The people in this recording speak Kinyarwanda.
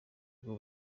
ubwo